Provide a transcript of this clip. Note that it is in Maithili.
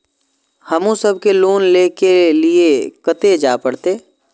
हमू सब के लोन ले के लीऐ कते जा परतें?